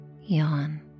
yawn